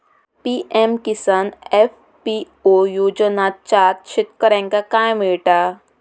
PM Kisan FPO योजनाच्यात शेतकऱ्यांका काय मिळता?